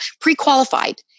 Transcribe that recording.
pre-qualified